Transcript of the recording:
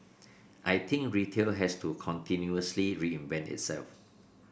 I think retail has to continuously reinvent itself